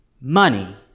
Money